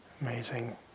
amazing